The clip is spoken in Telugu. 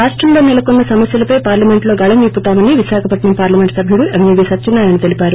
రాష్టంలో నెలకొన్న సమస్యలపై పార్లమెంట్ లో గళం విప్పుతామని విశాఖపట్పం పార్లమెంట్ సభ్యుడు ఎంవివి సత్యనారాయణ తెలిపారు